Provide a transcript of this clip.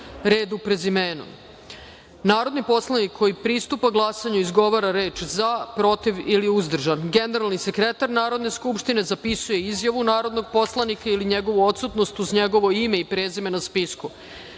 redu, prezimenom. Narodni poslanik koji pristupa glasanju izgovara reč „za“, „protiv“ ili „uzdržan“.Generalni sekretar Narodne skupštine zapisuje izjavu narodnog poslanika ili njegovu odsutnost uz njegovo ime i prezime na